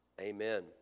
Amen